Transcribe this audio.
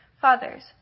Fathers